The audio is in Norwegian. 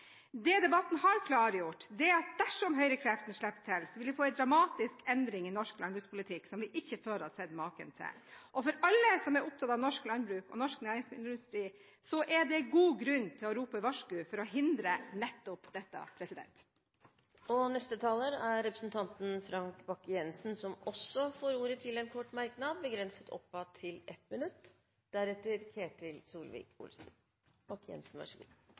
Det debatten har klargjort, er at dersom høyrekreftene slipper til, vil vi få en dramatisk endring i norsk landbrukspolitikk som vi ikke før har sett maken til. For alle som er opptatt av norsk landbruk og norsk næringsmiddelindustri, er det god grunn til å rope varsko for å hindre nettopp dette. Frank Bakke-Jensen har hatt ordet to ganger og får ordet til en kort merknad, begrenset til 1 minutt.